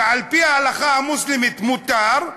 שעל-פי ההלכה המוסלמית מותר,